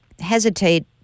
hesitate